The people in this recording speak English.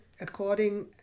according